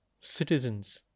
Citizens